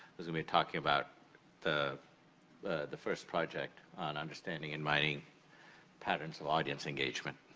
who's gonna be talking about the the first project on understanding and mining patterns of audience engagement.